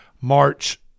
March